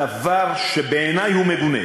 לדבר שבעיני הוא מגונה,